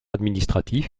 administratif